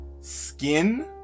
Skin